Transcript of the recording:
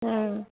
हाँ